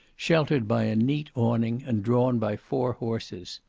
sheltered by a neat awning, and drawn by four horses.